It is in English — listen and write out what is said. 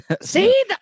see